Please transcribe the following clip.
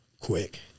Quick